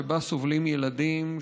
שבה סובלים ילדים,